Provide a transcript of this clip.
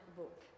book